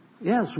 yes